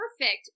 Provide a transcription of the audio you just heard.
perfect